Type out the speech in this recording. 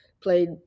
played